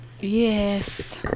Yes